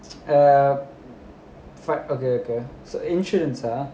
err part of the insurance ah